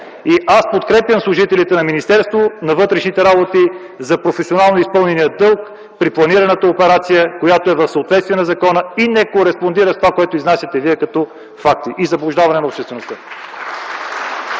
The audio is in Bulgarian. и подкрепям служителите на Министерството на вътрешните работи за професионално изпълнения дълг при планираната операция, която е в съответствие на закона и не кореспондира с това, което изнасяте Вие като факти и заблуждавате обществеността.